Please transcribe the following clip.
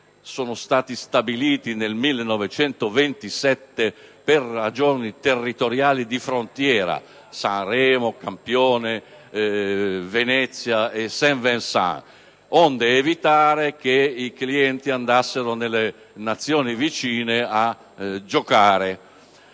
sono stati stabiliti nel 1927 per ragioni territoriali di frontiera (Sanremo, Campione, Venezia e Saint Vicent), onde evitare che i clienti andassero nelle Nazioni vicine a giocare.